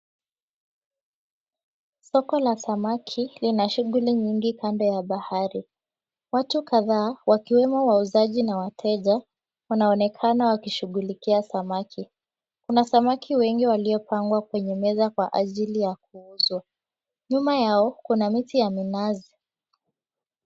Soko la samaki lina shughuli nyingi kando ya bahari. Watu kadhaa wakiwemo wauzaji na wateja wanaonekana wakishughulikia samaki. Kuna samaki wengi waliopangwa kwenye meza kwa ajili ya kuuzwa. Nyuma yao kuna miti ya minazi.